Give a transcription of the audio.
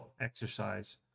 exercise